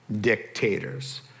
dictators